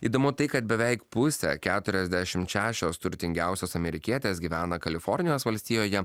įdomu tai kad beveik pusė keturiasdešimt šešios turtingiausias amerikietis gyvena kalifornijos valstijoje